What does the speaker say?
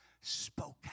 spoke